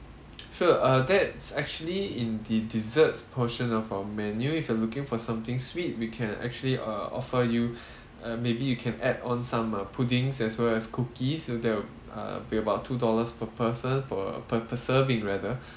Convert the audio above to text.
sure that's actually in the desserts portions of our menu if you are looking for something sweet we can actually uh offer you uh maybe you can add on some uh puddings as well as cookies so that'll uh be about two dollars per person per per per serving rather